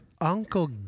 Uncle